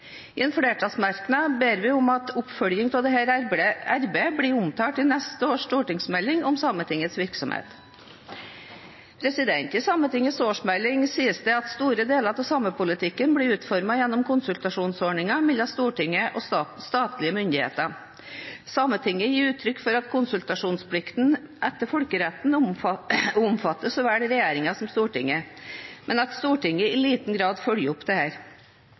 I en flertallsmerknad ber vi om at oppfølging av dette arbeidet blir omtalt i neste års stortingsmelding om Sametingets virksomhet. I Sametingets årsmelding sies det at store deler av samepolitikken blir utformet gjennom konsultasjonsordningen mellom Sametinget og statlige myndigheter. Sametinget gir uttrykk for at konsultasjonsplikten etter folkeretten omfatter så vel regjeringen som Stortinget, men at Stortinget i liten grad følger opp